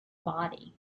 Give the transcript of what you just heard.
body